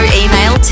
email